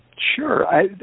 Sure